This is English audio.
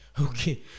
Okay